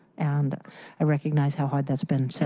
and i recognize how hard that has been. so